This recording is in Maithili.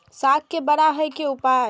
साग के बड़ा है के उपाय?